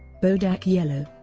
bodak yellow